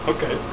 Okay